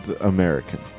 American